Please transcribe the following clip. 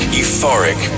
euphoric